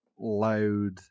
loud